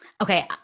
Okay